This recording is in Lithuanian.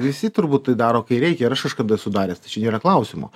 visi turbūt tai daro kai reikia ir aš kažkada esu daręs tai čia nėra klausimo